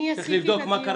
אני עשיתי את הדיון הזה.